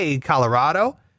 Colorado